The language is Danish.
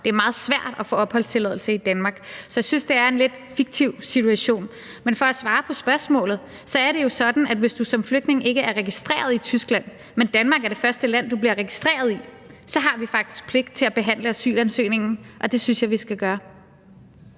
Det er meget svært at få opholdstilladelse i Danmark. Så jeg synes, det er en lidt fiktiv situation. Men for at svare på spørgsmålet er det jo sådan, at hvis du som flygtning ikke er registreret i Tyskland, men Danmark er det første land, du bliver registreret i, så har vi faktisk pligt til at behandle asylansøgningen, og det synes jeg vi skal gøre.